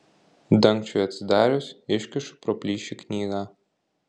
dangčiui atsidarius iškišu pro plyšį knygą